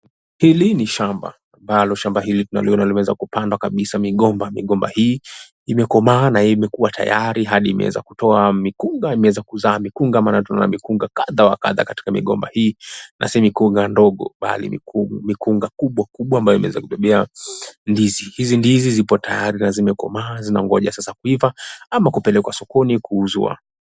Hili ni shamba, ambalo shamba hili tunaliona limeweza kupandwa kabisa migomba. Migomba hii imekomaa na imekuwa tayari hadi imeweza kutoa mikunga, imeweza kuzaa mikunga. Maana tunaona mikunga kadha wa kadha katika migomba hii, na si mikunga ndogo, bali mikunga kubwa kubwa ambayo imeweza kubebea ndizi. Hizi ndizi zipo tayari na zimekomaa zinangoja sasa kuiva ama kupelekwa sokoni kuuzwa.